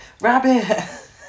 rabbit